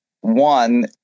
One